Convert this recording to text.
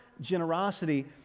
generosity